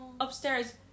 upstairs